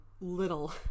little